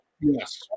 Yes